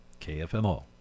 KFMO